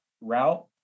route